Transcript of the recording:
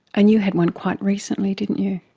and you had one quite recently, didn't you.